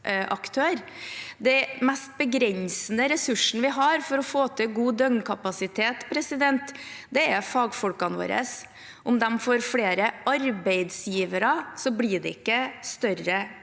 Den mest begrensende ressursen vi har for å få til god døgnkapasitet, er fagfolkene våre. Om de får flere arbeidsgivere, blir det ikke større